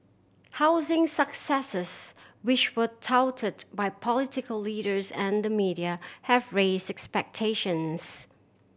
housing successes which were touted by political leaders and the media have raise expectations